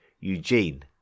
Eugene